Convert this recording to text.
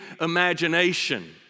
imagination